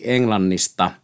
Englannista